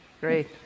Great